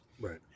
Right